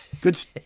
good